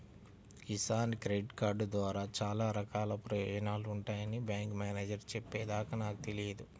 Kisan credit card ద్వారా చాలా రకాల ప్రయోజనాలు ఉంటాయని బ్యాంకు మేనేజేరు చెప్పే దాకా నాకు తెలియదు